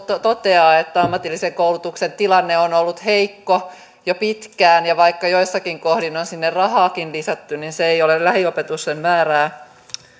toteaa että ammatillisen koulutuksen tilanne on ollut heikko jo pitkään ja vaikka joissakin kohdin sinne on rahaakin lisätty se ei ole lähiopetuksen määrää